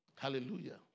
Hallelujah